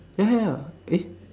ya ya ya eh